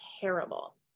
terrible